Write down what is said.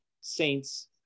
Saints